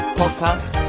podcast